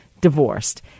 divorced